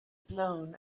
blown